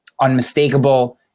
unmistakable